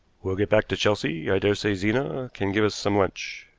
we'll get back to chelsea. i daresay zena can give us some lunch.